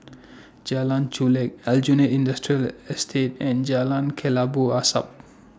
Jalan Chulek Aljunied Industrial Estate and Jalan Kelabu Asap